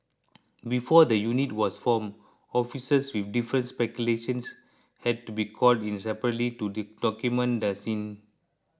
before the unit was formed officers with different specialisations had to be called in separately to document the scene